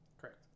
correct